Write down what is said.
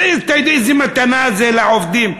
אתה יודע איזו מתנה זו לעובדים?